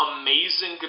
amazing